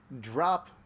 drop